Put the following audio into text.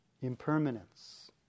impermanence